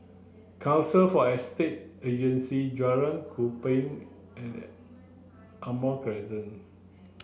council for Estate Agencies Jalan Kupang and Almond Crescent